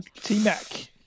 T-Mac